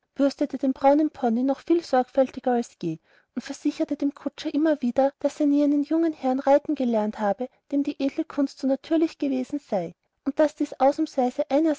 bürstete den braunen pony noch viel sorgfältiger als je und versicherte dem kutscher immer wieder daß er nie einen jungen herrn reiten gelehrt habe dem die edle kunst so natürlich gewesen sei und daß dies ausnahmsweise